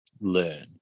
learn